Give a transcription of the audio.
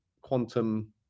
quantum